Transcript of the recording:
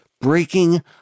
breaking